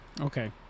Okay